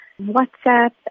WhatsApp